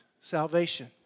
salvation